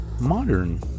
modern